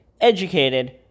educated